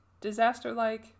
disaster-like